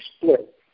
split